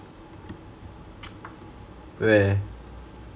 where